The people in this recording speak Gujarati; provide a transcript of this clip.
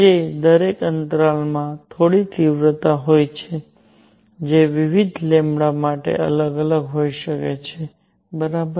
તેથી દરેક અંતરાલમાં થોડી તીવ્રતા હોય છે જે વિવિધ માટે અલગ હોઈ શકે છે બરાબર